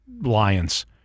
Lions